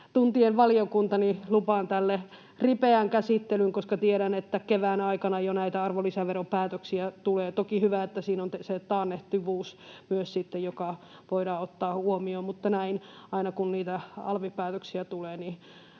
Tuntien valiokuntani lupaan tälle ripeän käsittelyn, koska tiedän, että kevään aikana jo näitä arvonlisäveropäätöksiä tulee. Toki on hyvä, että siinä on sitten myös se taannehtivuus, joka voidaan ottaa huomioon, mutta aina kun niitä alvipäätöksiä tulee,